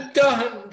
done